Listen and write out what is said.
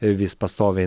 vis pastoviai